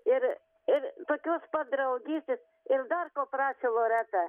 ir ir tokios pat draugystės ir dar ko prašė loreta